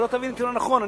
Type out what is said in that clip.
שלא תבין אותי לא נכון.